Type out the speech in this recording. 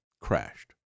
crashed